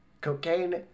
cocaine